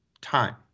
time